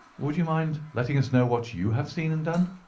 would you mind letting us know what you have seen and done?